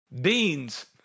Beans